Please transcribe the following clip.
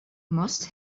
must